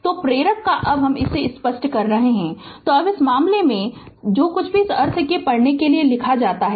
तो प्रेरक का अब हम इसे स्पष्ट कर रहे है तो अब इस मामले में तो कुछ इसी अर्थ को पढ़ने के लिए लिखा जाता है